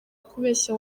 kubeshya